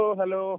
hello